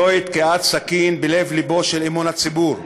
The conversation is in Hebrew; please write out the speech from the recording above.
זוהי תקיעת סכין בלב-לבו של אמון הציבור.